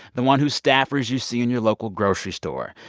the one whose staffers you see in your local grocery store,